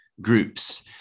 groups